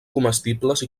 comestibles